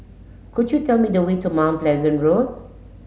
could you tell me the way to Mount Pleasant Road